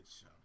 show